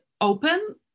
open